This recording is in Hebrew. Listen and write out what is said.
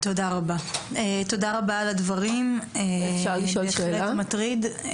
תודה רבה על הדברים, בהחלט מטריד.